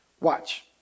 watch